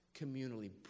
communally